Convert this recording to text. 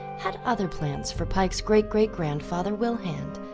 had other plans for pike's great-great-grandfather wilhand,